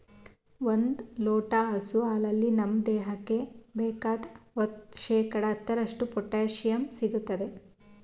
ಒಂದ್ ಲೋಟ ಹಸು ಹಾಲಲ್ಲಿ ನಮ್ ದೇಹಕ್ಕೆ ಬೇಕಾದ್ ಶೇಕಡಾ ಹತ್ತರಷ್ಟು ಪೊಟ್ಯಾಶಿಯಂ ಸಿಗ್ತದೆ